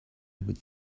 would